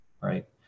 right